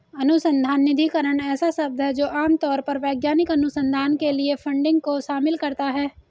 अनुसंधान निधिकरण ऐसा शब्द है जो आम तौर पर वैज्ञानिक अनुसंधान के लिए फंडिंग को शामिल करता है